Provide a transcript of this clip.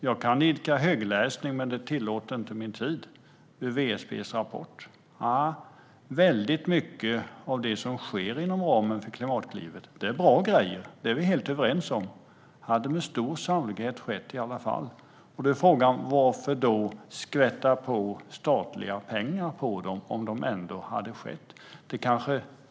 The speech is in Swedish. Jag kan idka högläsning ur WSP:s rapport, men det tillåter inte min tid. Väldigt mycket av det som sker inom ramen för Klimatklivet är bra grejer. Det är vi helt överens om, men de hade med stor sannolikhet genomförts i alla fall. Då är frågan varför man ska skvätta på statliga pengar om de ändå hade blivit av.